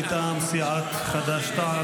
מטעם סיעת חד"ש-תע"ל,